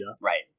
right